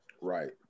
right